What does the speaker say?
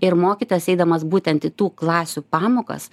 ir mokytojas eidamas būtent į tų klasių pamokas